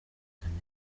danny